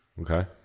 Okay